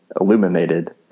illuminated